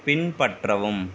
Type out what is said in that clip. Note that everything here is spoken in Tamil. பின்பற்றவும்